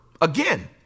again